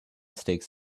stakes